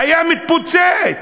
היה מתפוצץ.